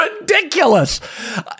ridiculous